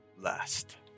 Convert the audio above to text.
last